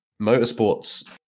motorsports